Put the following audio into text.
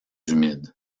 humide